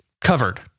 covered